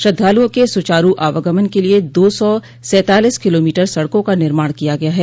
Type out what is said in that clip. श्रद्वालुओं के सुचारू आवागमन के लिये दो सौ सैंतालीस किलोमीटर सड़का का निर्माण किया गया है